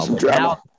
Now